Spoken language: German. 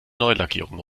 neulackierung